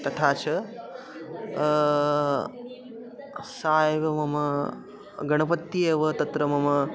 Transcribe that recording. तथा च सा एव मम गणपतिः एव तत्र मम